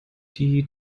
die